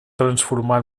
transformar